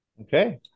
okay